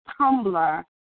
Tumblr